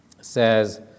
says